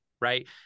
right